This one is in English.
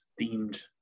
themed